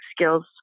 skills